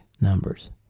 numbers